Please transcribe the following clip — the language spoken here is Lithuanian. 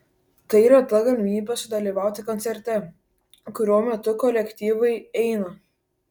tai reta galimybė sudalyvauti koncerte kurio metu kolektyvai eina